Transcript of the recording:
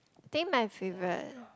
think my favourite